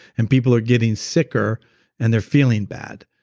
and people are getting sicker and they're feeling bad.